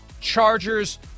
Chargers